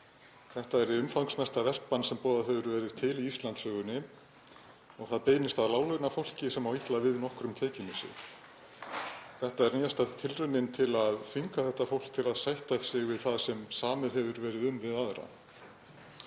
Þetta er umfangsmesta verkbann sem boðað hefur verið til í Íslandssögunni og það beinist að láglaunafólki sem má illa við nokkrum tekjumissi. Þetta er nýjasta tilraunin til að þvinga þetta fólk til að sætta sig við það sem samið hefur verið um við aðra.